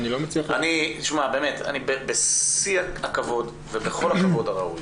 באמת, אני בשיא הכבוד ובכל הכבוד הראוי